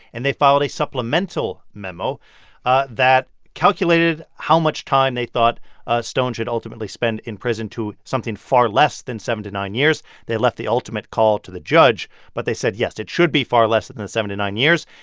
and they filed a supplemental memo that calculated how much time they thought stone should ultimately spend in prison to something far less than seven to nine years. they left the ultimate call to the judge. but they said yes, it should be far less than than the seven to nine years.